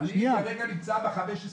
אני ב-15 ביולי,